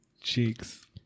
cheeks